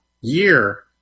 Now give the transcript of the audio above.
year